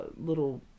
little